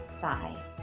thigh